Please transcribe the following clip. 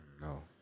No